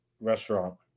restaurant